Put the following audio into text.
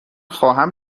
خواهم